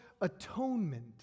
atonement